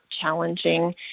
challenging